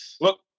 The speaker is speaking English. Look